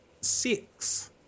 Six